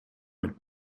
mit